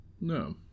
No